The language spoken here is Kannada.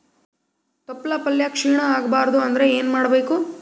ತೊಪ್ಲಪಲ್ಯ ಕ್ಷೀಣ ಆಗಬಾರದು ಅಂದ್ರ ಏನ ಮಾಡಬೇಕು?